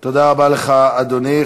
תודה רבה לך, אדוני.